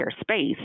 space